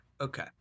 Okay